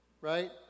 Right